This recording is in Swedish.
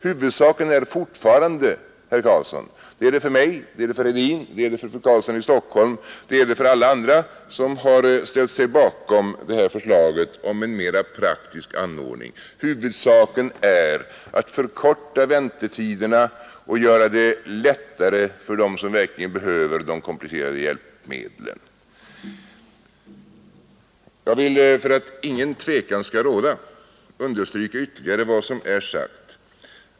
Huvudsaken är fortfarande — det gäller för mig, för herr Hedin, för fru Eriksson i Stockholm och för alla andra som har ställt sig bakom det här förslaget om en mera praktisk anordning — att förkorta väntetiderna och göra det lättare för dem som verkligen behöver de komplicerade hjälpmedlen. Jag vill, för att ingen tvekan skall råda, understryka ytterligare vad som är sagt.